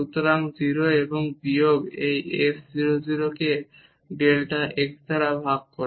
সুতরাং 0 এবং বিয়োগ এই f 0 0 কে ডেল্টা x দ্বারা ভাগ করা